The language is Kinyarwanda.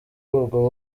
ubwo